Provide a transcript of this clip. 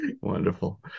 Wonderful